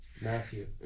Matthew